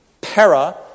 Para